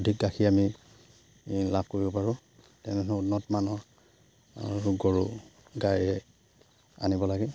অধিক গাখীৰ আমি লাভ কৰিব পাৰোঁ তেনেহ'লে উন্নত মানৰ গৰু গাই আনিব লাগে